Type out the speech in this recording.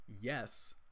yes